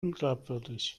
unglaubwürdig